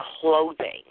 clothing